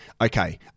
okay